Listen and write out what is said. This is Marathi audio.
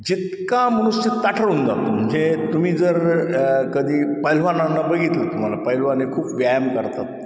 जितका मनुष्य ताठर होऊन जातो म्हणजे तुम्ही जर कधी पैलवानांना बघितलं तुम्हाला पैलवान खूप व्यायाम करतात